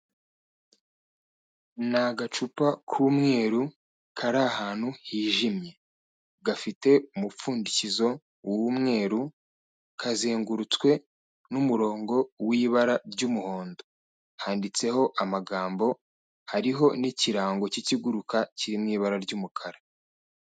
Ni agacupa k'umweru kari ahantu hijimye gafite umupfundikizo w'umweru, kazengurutswe n'umurongo w'ibara ry'umuhondo. Handitseho amagambo, hariho n'ikirango cy'ikiguruka kiri mu ibara ry'umukara.